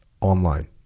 Online